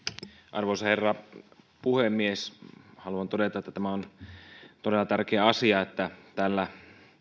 arvoisa herra puhemies haluan todeta että tämä on todella tärkeä asia että tällä